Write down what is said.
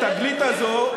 התגלית הזו,